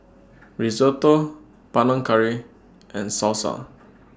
Risotto Panang Curry and Salsa